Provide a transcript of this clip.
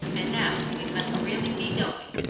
and now we must really be going,